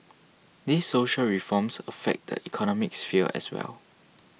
these social reforms affect the economic sphere as well